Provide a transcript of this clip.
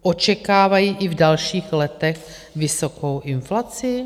Očekávají i v dalších letech vysokou inflaci?